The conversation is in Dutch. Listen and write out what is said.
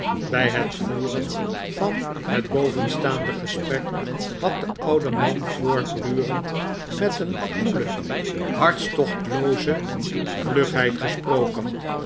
bij het voeren van het bovenstaande gesprek had de oude man voortdurend met een koele hartstochtlooze vlugheid gesproken